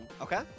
okay